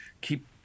keep